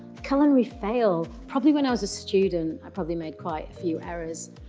culinary fail? probably, when i was a student, i probably made quite a few errors.